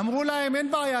אמרו להם: אין בעיה.